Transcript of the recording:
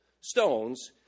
stones